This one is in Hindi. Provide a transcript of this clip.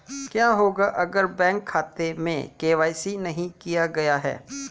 क्या होगा अगर बैंक खाते में के.वाई.सी नहीं किया गया है?